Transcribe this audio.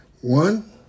One